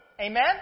Amen